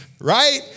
right